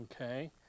okay